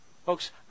Folks